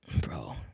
bro